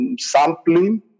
sampling